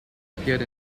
appeared